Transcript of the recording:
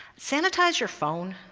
sanitize your phone.